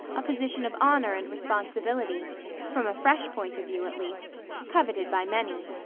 a position of honor and responsibility from a fresh point of view, at least coveted by many.